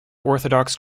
orthodox